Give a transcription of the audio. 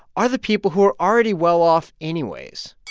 are the people who are already well-off anyways